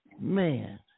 Man